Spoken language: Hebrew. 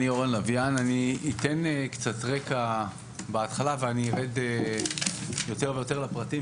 אני אתן קצת רגע בהתחלה ואני ארד יותר ויותר לפרטים